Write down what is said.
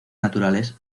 naturales